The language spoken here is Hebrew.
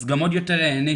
אז גם עוד יותר הענישו.